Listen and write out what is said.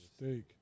mistake